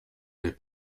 mais